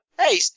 Hey